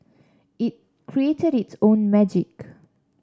it created its own magic